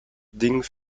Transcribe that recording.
ding